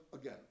Again